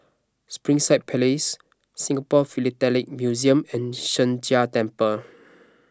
Springside Place Singapore Philatelic Museum and Sheng Jia Temple